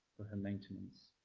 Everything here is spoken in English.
for her maintenance.